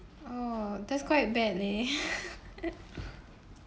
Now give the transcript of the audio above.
oh that's quite bad leh